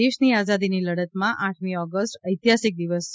દેશની આઝાદીની લડતમાં આઠમી ઓગસ્ટ ઐતિહાસિક દિવસ છે